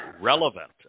relevant